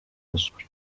gospel